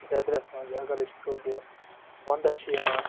ویٚدرَس منٛز اَگر أسۍ وُچھو کہِ وَنٛدَس چھِ یِوان